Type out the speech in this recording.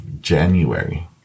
January